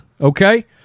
okay